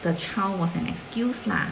the child was an excuse lah